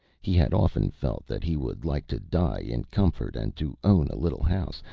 he had often felt that he would like to die in comfort, and to own a little house,